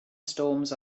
storms